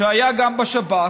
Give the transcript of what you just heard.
שהיה גם בשב"כ,